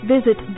Visit